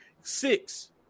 six